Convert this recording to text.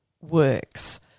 works